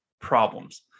problems